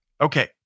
Okay